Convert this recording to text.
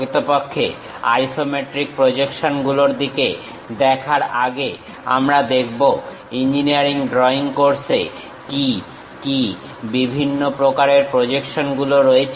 প্রকৃতপক্ষে আইসোমেট্রিক প্রজেকশনগুলোর দিকে দেখার আগে আমরা দেখব ইঞ্জিনিয়ারিং ড্রইং কোর্সে কি কি বিভিন্ন প্রকারের প্রজেকশনগুলো রয়েছে